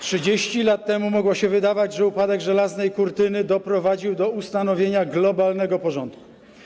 30 lat temu mogło się wydawać, że upadek żelaznej kurtyny doprowadził do ustanowienia globalnego porządku.